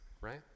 right